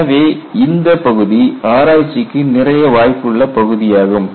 எனவே இந்த பகுதி ஆராய்ச்சிக்கு நிறைய வாய்ப்புள்ள பகுதியாகும்